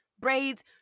braids